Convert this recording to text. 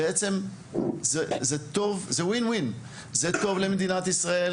זה טוב למדינת ישראל,